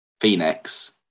phoenix